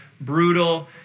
brutal